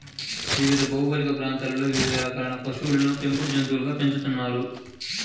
వివిధ భౌగోళిక ప్రాంతాలలో వివిధ రకాలైన పశువులను పెంపుడు జంతువులుగా పెంచుతున్నారు